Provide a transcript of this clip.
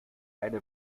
eine